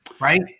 Right